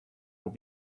will